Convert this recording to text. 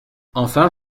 enfin